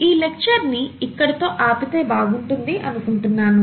ఈ లెక్చర్ ని ఇక్కడితో ఆపితే బాగుంటుంది అని అనుకుంటున్నాను